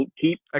keep